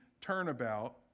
turnabout